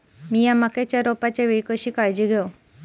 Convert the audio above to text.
मीया मक्याच्या रोपाच्या वेळी कशी काळजी घेव?